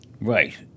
Right